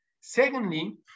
Secondly